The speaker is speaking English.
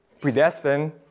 predestined